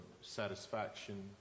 satisfaction